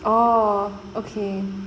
orh okay